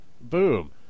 Boom